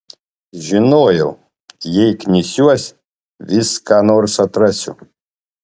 žinojau jei knisiuos vis ką nors atrasiu